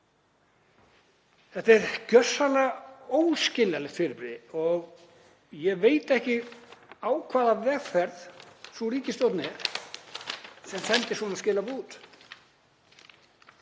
Þetta er gjörsamlega óskiljanlegt fyrirbrigði og ég veit ekki á hvaða vegferð sú ríkisstjórn er sem sendir svona skilaboð út.